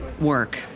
work